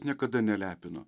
niekada nelepino